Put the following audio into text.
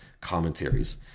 commentaries